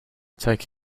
take